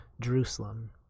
Jerusalem